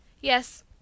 Yes